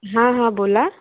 हां हां बोला